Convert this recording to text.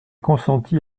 consenti